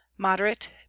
moderate